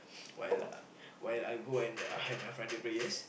while I while I go and have my Friday prayers